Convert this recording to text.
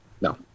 No